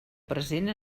present